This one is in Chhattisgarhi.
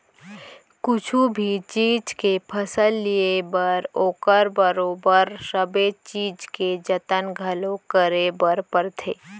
कुछु भी चीज के फसल लिये बर ओकर बरोबर सबे चीज के जतन घलौ करे बर परथे